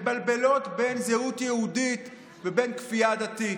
מבלבלות בין זהות יהודית ובין כפייה דתית.